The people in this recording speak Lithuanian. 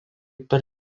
per